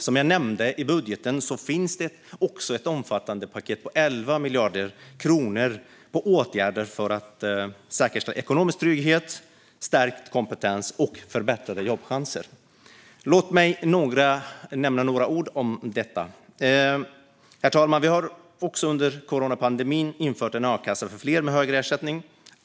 Som jag nämnde finns det i budgeten också ett omfattande paket på 11 miljarder kronor för åtgärder för att säkerställa ekonomisk trygghet, stärkt kompetens och förbättrade jobbchanser. Låt mig nämna några ord om detta. Herr talman! Vi har också under coronapandemin infört en a-kassa för fler, med högre ersättning.